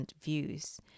views